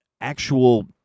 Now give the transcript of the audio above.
actual